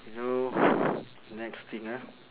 now next thing ah